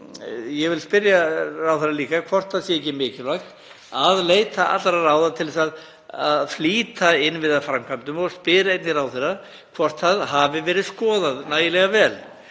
Ég vil spyrja ráðherra líka hvort ekki sé mikilvægt að leita allra ráða til að flýta innviðaframkvæmdum og spyr einnig ráðherra hvort það hafi verið skoðað nægilega vel.